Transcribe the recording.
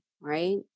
right